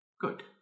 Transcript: Good